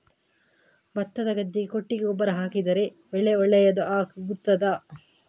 ಭತ್ತದ ಗದ್ದೆಗೆ ಕೊಟ್ಟಿಗೆ ಗೊಬ್ಬರ ಹಾಕಿದರೆ ಬೆಳೆ ಒಳ್ಳೆಯದು ಆಗುತ್ತದಾ?